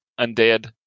undead